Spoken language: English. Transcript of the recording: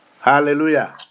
Hallelujah